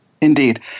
Indeed